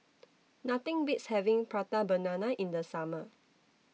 Nothing Beats having Prata Banana in The Summer